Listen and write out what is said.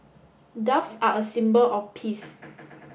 doves are a symbol of peace